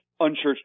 unchurched